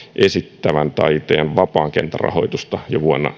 esittävän taiteen vapaan kentän rahoitusta jo vuonna